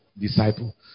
disciple